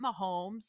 mahomes